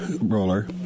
roller